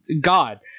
god